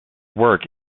work